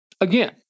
Again